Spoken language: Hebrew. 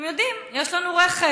אתם יודעים, יש לנו רכב.